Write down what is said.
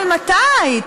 זה שלנו ממתי?